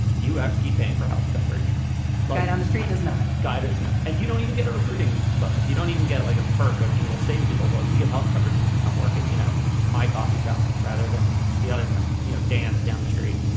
you have to keep paying for health coverage like down the street does not guide it and you don't even get a recruiting bonus you don't even get like a perk of being we'll say to people while you get health coverage if you come work at you know my coffee shop rather than the other guy. you know dan's down the street.